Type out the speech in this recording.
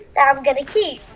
that i'm going to keep.